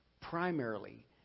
Primarily